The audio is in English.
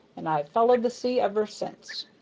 and i've followed the sea ever since.